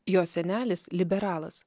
jos senelis liberalas